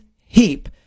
heap